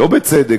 לא בצדק,